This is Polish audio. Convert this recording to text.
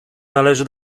należy